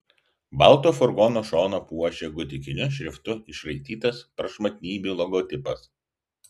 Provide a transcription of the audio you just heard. balto furgono šoną puošė gotikiniu šriftu išraitytas prašmatnybių logotipas